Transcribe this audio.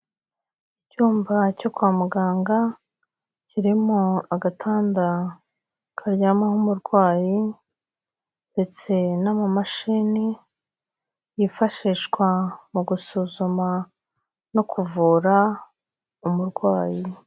Icyumba cyo kwa muganga, kirimo agatanda karyamaho umurwayi ndetse n'amamashini yifashishwa mu gusuzuma no kuvura umurwayi.